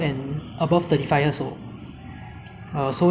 quite bad lah for for such a small city like singapore